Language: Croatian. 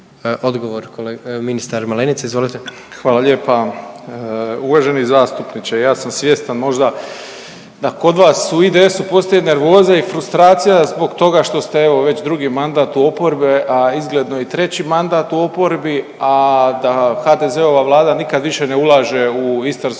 Hvala lijepa. Uvaženi zastupniče, ja sam svjestan možda da kod vas u IDS-u postoji nervoza i frustracija zbog toga što ste evo već drugi mandat u oporbi, a izgledno i treći mandat u oporbi, a da HDZ-ova Vlada nikad više ne ulaže u Istarsku